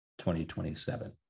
2027